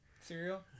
Cereal